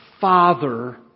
Father